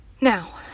now